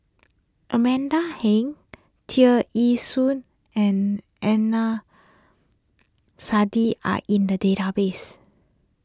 Amanda Heng Tear Ee Soon and Adnan Saidi are in the database